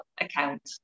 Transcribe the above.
account